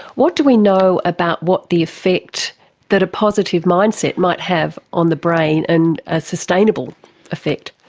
what do we know about what the effect that a positive mindset might have on the brain and a sustainable effect?